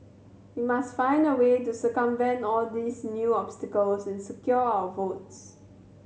we must find a way to circumvent all these new obstacles and secure our votes